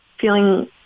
feeling